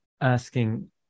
asking